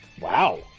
Wow